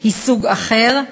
היא סוג אחר,